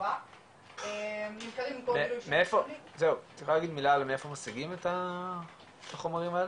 חשובה --- את יכולה להגיד מילה מאיפה משיגים את החומרים האלה?